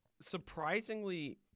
surprisingly